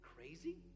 Crazy